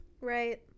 Right